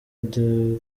dekoderi